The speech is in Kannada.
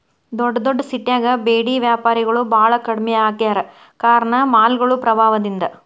ದೊಡ್ಡದೊಡ್ಡ ಸಿಟ್ಯಾಗ ಬೇಡಿ ವ್ಯಾಪಾರಿಗಳು ಬಾಳ ಕಡ್ಮಿ ಆಗ್ಯಾರ ಕಾರಣ ಮಾಲ್ಗಳು ಪ್ರಭಾವದಿಂದ